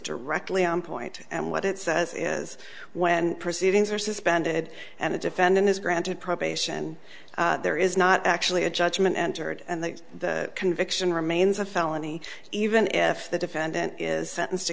directly on point and what it says is when proceedings are suspended and the defendant is granted probation there is not actually a judgment entered and that the conviction remains a felony even if the defendant is sentenced to